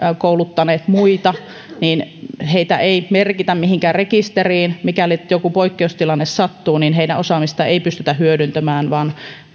kouluttaneet muita ei merkitä mihinkään rekisteriin mikäli joku poikkeustilanne sattuu heidän osaamistaan ei pystytä hyödyntämään vaan